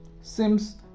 Sims